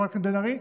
חברת הכנסת בן ארי,